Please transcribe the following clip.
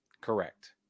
correct